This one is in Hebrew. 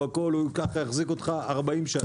ככה יחזיק אותך 40 שנה.